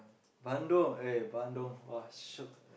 Bandung eh Bandung !wah! shiok